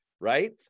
Right